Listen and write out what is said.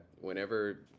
whenever